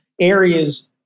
areas